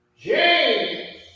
James